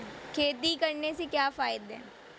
खेती करने से क्या क्या फायदे हैं?